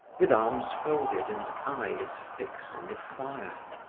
with arms folded and eyes fixed on the fire.